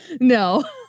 No